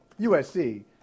USC